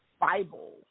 Bible